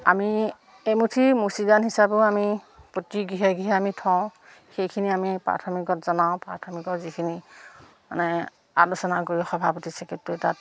আমি এইমুঠি মুচিদান হিচাপেও আমি প্ৰতি গৃহে গৃহে আমি থওঁ সেইখিনি আমি প্ৰাথমিকত জনাও প্ৰাথমিকত যিখিনি মানে আলোচনা কৰি সভাপতি চেক্ৰেটৰী তাত